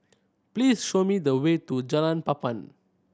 please show me the way to Jalan Papan